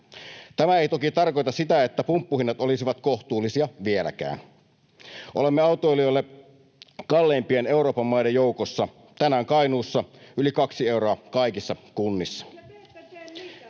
Tämä ei toki tarkoita sitä, että pumppuhinnat olisivat kohtuullisia vieläkään. Olemme autoilijoille kalleimpien Euroopan maiden joukossa: tänään Kainuussa yli kaksi euroa kaikissa kunnissa.